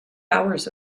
hours